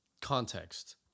context